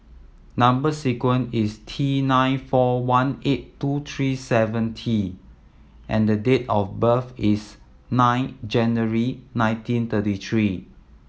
number sequence is T nine four one eight two three seven T and the date of birth is nine January nineteen thirty three